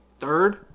third